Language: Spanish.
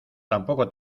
tampoco